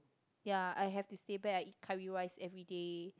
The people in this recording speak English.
ya I have to stay back I eat curry rice everyday